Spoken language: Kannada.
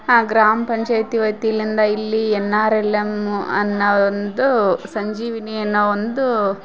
ಹಾಂ ಗ್ರಾಮ ಪಂಚಾಯತಿ ವತಿಯಿಂದ ಇಲ್ಲಿ ಎನ್ ಆರ್ ಎಲ್ ಎಮ್ಮು ಅನ್ನೋ ಒಂದು ಸಂಜೀವಿನಿ ಅನ್ನೋ ಒಂದು